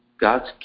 God's